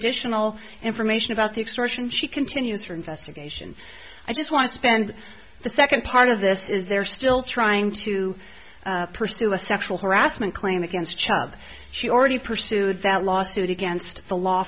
additional information about the extortion she continues her investigation i just want to spend the second part of this is they're still trying to pursue a sexual harassment claim against chubb she already pursued that lawsuit against the law